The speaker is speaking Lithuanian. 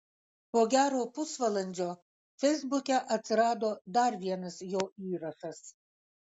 po gero pusvalandžio feisbuke atsirado dar vienas jo įrašas